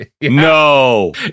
No